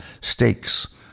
stakes